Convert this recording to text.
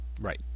right